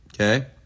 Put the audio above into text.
Okay